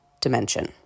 dimension